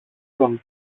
τον